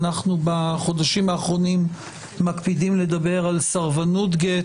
אנחנו בחודשים האחרונים מקפידים לדבר על סרבנות גט